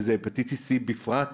ובהפטיטיס C בפרט,